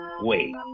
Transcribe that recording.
Wait